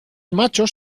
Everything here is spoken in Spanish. machos